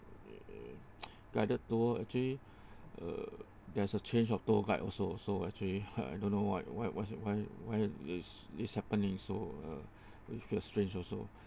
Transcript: guided tour actually uh there is a change of tour guide also so actually I don't know why why what's why why is this happening so uh is a strange also